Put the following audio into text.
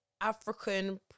African